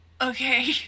okay